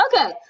Okay